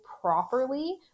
properly